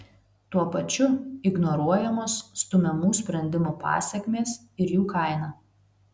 tuo pačiu ignoruojamos stumiamų sprendimų pasekmės ir jų kaina